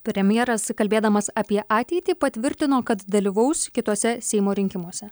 premjeras kalbėdamas apie ateitį patvirtino kad dalyvaus kituose seimo rinkimuose